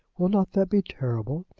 will not that be terrible?